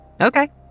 Okay